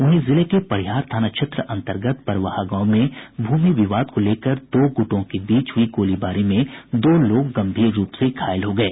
वहीं जिले के परिहार थाना क्षेत्र अंतर्गत परवाहा गांव में भूमि विवाद को लेकर दो गुटों के बीच हुई गोलीबारी में दो लोग गंभीर रूप से घायल हो गये